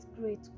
great